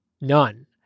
none